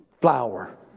Flour